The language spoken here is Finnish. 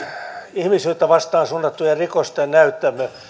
ihmisyyttä vastaan suunnattujen rikosten näyttämö